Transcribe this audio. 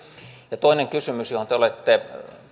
toinen kysymys johon te olette